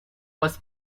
was